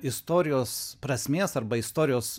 istorijos prasmės arba istorijos